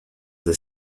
the